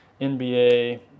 NBA